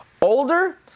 older